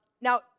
Now